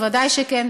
ודאי שכן,